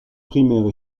primaires